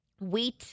wheat